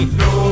no